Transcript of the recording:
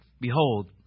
behold